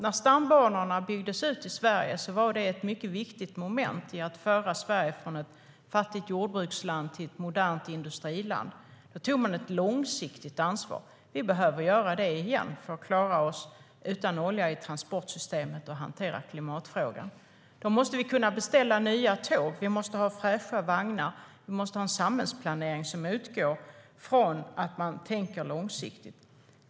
När stambanorna byggdes ut i Sverige var det ett mycket viktigt moment i att omvandla Sverige från ett fattigt jordbruksland till ett modernt industriland. Då tog man ett långsiktigt ansvar. Vi behöver göra det igen för att kunna klara oss utan olja i transportsystemet och hantera klimatfrågan. Då måste vi kunna beställa nya tåg. Vi måste ha fräscha vagnar. Vi måste ha en samhällsplanering som utgår från att man tänker långsiktigt.